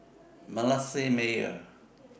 Manasseh Meyer